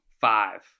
Five